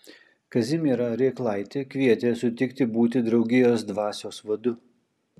kazimierą rėklaitį kvietė sutikti būti draugijos dvasios vadu